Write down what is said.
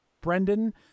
Brendan